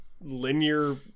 linear